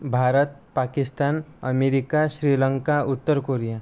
Bharat Pakistan America Sri Lanka उत्तर Korea